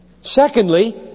Secondly